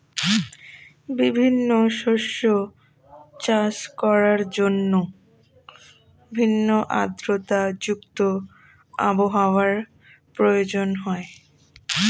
বিভিন্ন শস্য চাষ করার জন্য ভিন্ন আর্দ্রতা যুক্ত আবহাওয়ার প্রয়োজন হয়